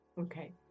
Okay